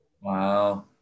Wow